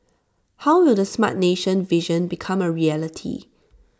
how will the Smart Nation vision become A reality